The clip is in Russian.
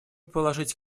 положить